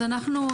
אז אנחנו,